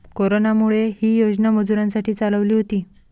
कोरोनामुळे, ही योजना मजुरांसाठी चालवली होती